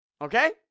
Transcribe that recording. okay